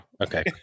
Okay